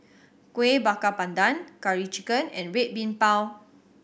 Kueh Bakar Pandan Curry Chicken and Red Bean Bao